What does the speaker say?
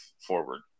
forward